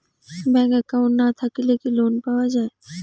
Bank account না থাকিলে কি লোন পাওয়া য়ায়?